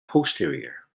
posterior